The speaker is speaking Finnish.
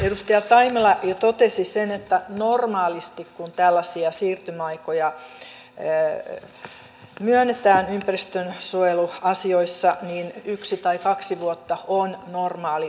edustaja taimela jo totesi sen että kun normaalisti tällaisia siirtymäaikoja myönnetään ympäristönsuojeluasioissa niin yksi tai kaksi vuotta on normaali aika